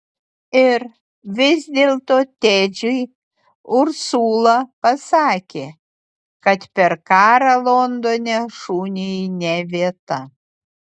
ir vis dėlto tedžiui ursula pasakė kad per karą londone šuniui ne vieta